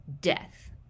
death